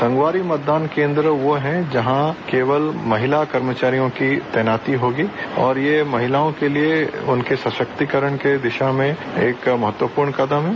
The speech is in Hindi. संगवारी मतदान केंद्र वह है जहां केवल महिला कर्मचारियों की तैनाती होगी और ये महिलाओं के लिए उनके सशक्तिकरण की दिशा में एक महत्वपूर्ण कदम है